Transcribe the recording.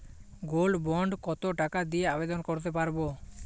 Gold bond কত টাকা দিয়ে আবেদন করতে পারবো?